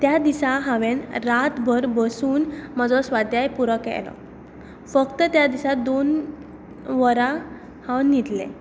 त्या दिसा हांवें रातभर बसून म्हजो स्वाध्याय पुरो केलो फक्त त्या दिसा दोन वरां हांव न्हिदलें